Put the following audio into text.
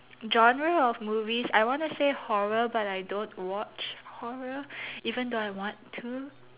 genre of movies I want to say horror but I don't watch horror even though I want to